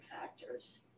factors